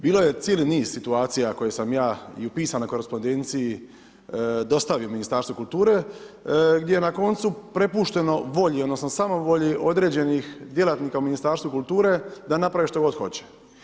Bilo je cijeli niz situacija koje sam ja i u pisanoj korespondenciji dostavio Ministarstvu kulture gdje je na koncu prepušteno volji, odnosno samovolji određenih djelatnika u Ministarstvu kulture da naprave šta god hoće.